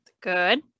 Good